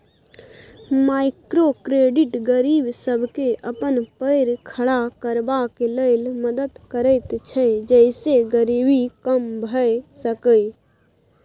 micro credit गरीब सबके अपन पैर खड़ा करबाक लेल मदद करैत छै जइसे गरीबी कम भेय सकेए